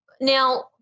Now